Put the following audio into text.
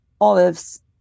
olives